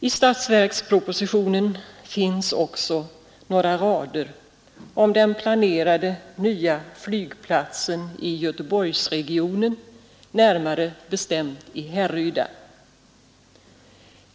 I statsverkspropositionen finns också några rader om den planerade nya flygplatsen i Göteborgsregionen, närmare bestämt i Härryda.